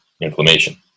inflammation